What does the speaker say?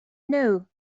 know